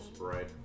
right